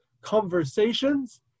conversations